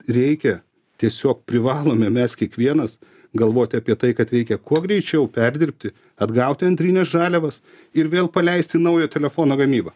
reikia tiesiog privalome mes kiekvienas galvoti apie tai kad reikia kuo greičiau perdirbti atgauti antrines žaliavas ir vėl paleisti naujo telefono gamybą